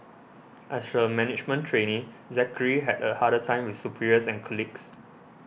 as a management trainee Zachary had a harder time with superiors and colleagues